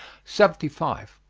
seventy five.